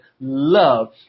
love